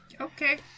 okay